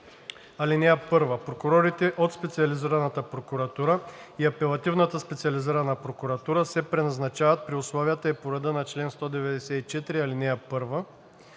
„§ 45. (1) Прокурорите от Специализираната прокуратура и Апелативната специализирана прокуратура се преназначават при условията и по реда на чл. 194, ал. 1.